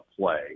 play